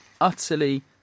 utterly